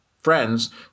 friends